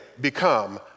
become